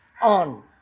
on